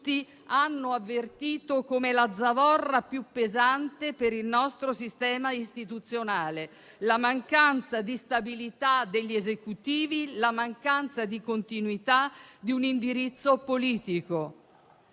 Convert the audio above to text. tutti - hanno avvertito come la zavorra più pesante per il nostro sistema istituzionale: la mancanza di stabilità degli Esecutivi e la mancanza di continuità di un indirizzo politico.